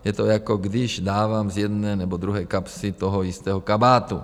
Je to, jako když dávám z jedné nebo druhé kapsy toho jistého kabátu.